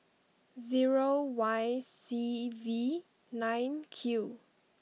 zero Y C V nine Q